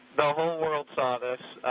the whole world saw this.